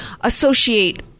associate